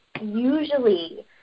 usually